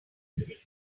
music